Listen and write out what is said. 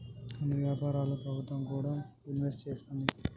కొన్ని వ్యాపారాల్లో ప్రభుత్వం కూడా ఇన్వెస్ట్ చేస్తుంది